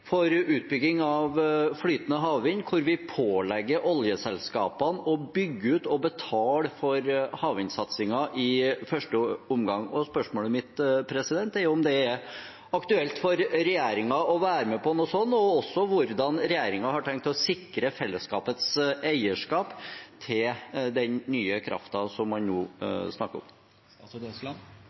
for utbygging av flytende havvind hvor vi i første omgang pålegger oljeselskapene å bygge ut og betale for havvindsatsingen. Spørsmålet mitt er om det er aktuelt for regjeringen å være med på noe sånt, og også hvordan regjeringen har tenkt å sikre fellesskapets eierskap til den nye kraften som man nå snakker